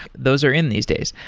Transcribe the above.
those are in these days.